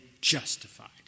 justified